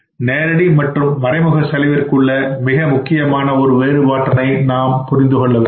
நேரடி மற்றும் மறைமுக செலவிற்கும் உள்ள மிக முக்கியமான ஒரு வேறுபாட்டினை புரிந்து கொள்ள வேண்டும்